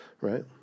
Right